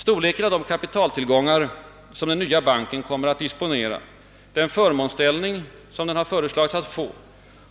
Storleken av de kapitaltillgångar som den nya banken kommer att disponera, den förmånsställning som den har föreslagits få